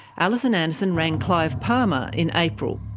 alison anderson rang clive palmer in april.